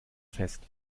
fest